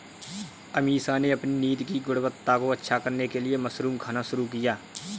अमीषा ने अपनी नींद की गुणवत्ता को अच्छा करने के लिए मशरूम खाना शुरू किया